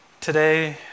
today